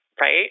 right